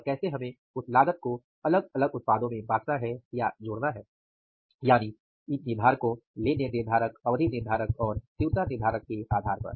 और कैसे हमें उस लागत को अलग अलग उत्पादों में बांटना है या जोड़ना है यानि इन निर्धारकों लेन देन निर्धारक अवधि निर्धारक और तीव्रता निर्धारक के आधार पर